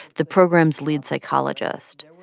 the program's lead psychologist.